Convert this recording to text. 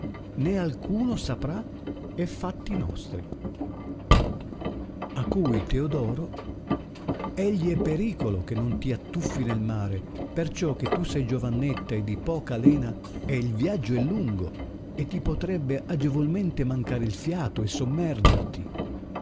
né alcuno saprà e fatti nostri a cui teodoro egli é pericolo che non ti attuffl nel mare perciò che tu sei giovanotta e di poca lena e il viaggio è lungo e ti potrebbe agevolmente mancare il fiato e sommergerti